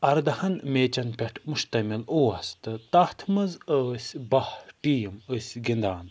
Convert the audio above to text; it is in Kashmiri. اَردَہَن میچَن پٮ۪ٹھ مُشتَمِل اوس تہٕ تَتھ منٛز ٲسۍ بَہہ ٹیٖم أسۍ گِنٛدان